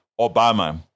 Obama